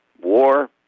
war